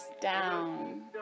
down